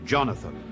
Jonathan